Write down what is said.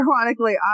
ironically